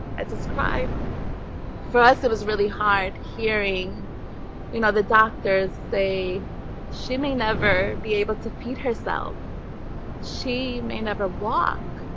i described for us it was really hard hearing you know the doctors say she may never be able to feed herself she may never walk